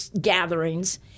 gatherings